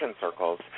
circles